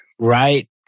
Right